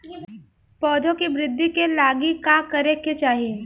पौधों की वृद्धि के लागी का करे के चाहीं?